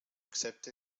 accept